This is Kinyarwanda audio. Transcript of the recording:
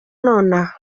nonaha